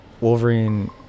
Wolverine